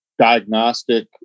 diagnostic